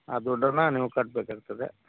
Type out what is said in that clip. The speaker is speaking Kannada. ಆ ದುಡ್ಡನ್ನು ನೀವು ಕಟ್ಟಬೇಕಾಗ್ತದೆ